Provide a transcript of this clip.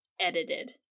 edited